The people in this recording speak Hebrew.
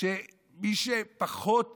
שמי שפחות